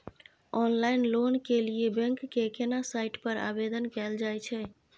Online loan के लिए bank के केना साइट पर आवेदन कैल जाए छै?